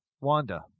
Wanda